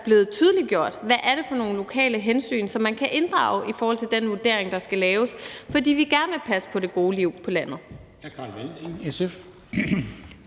blevet tydeliggjort, med hensyn til hvad det er for nogle lokale hensyn, som man kan inddrage i den vurdering, der skal laves, fordi vi gerne vil passe på det gode liv på landet.